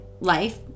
life